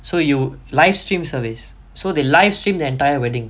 so you live stream service so they live stream the entire wedding